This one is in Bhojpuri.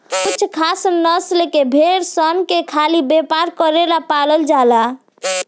कुछ खास नस्ल के भेड़ सन के खाली व्यापार करेला पालल जाला